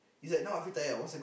he's like now I feel tired I wasn't